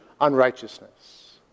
unrighteousness